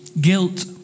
Guilt